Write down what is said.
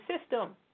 system